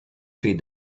feed